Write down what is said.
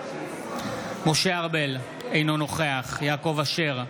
משה ארבל, אינו נוכח יעקב אשר,